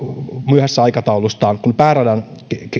aikataulustaan kun pääradan